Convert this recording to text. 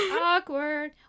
Awkward